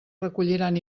recolliran